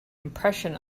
impression